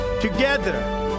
Together